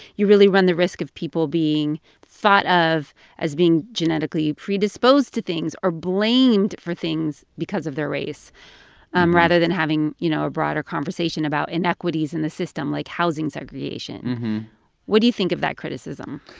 you really run the risk of people being thought of as being genetically predisposed to things or blamed for things because of their race um rather than having, you know, a broader conversation about inequities in the system like housing segregation mm hmm what do you think of that criticism?